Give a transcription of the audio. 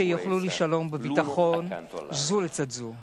שיחיו בשלום ובביטחון זו לצד זו.